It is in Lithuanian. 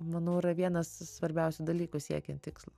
manau yra vienas svarbiausių dalykų siekiant tikslo